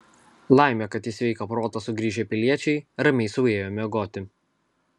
laimė kad į sveiką protą sugrįžę piliečiai ramiai sau ėjo miegoti